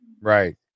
right